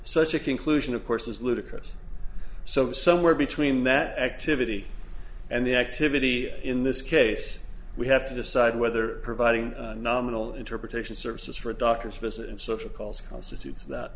such a conclusion of course is ludicrous so somewhere between that activity and the activity in this case we have to decide whether providing nominal interpretation services for a doctor's visit and social calls constitutes that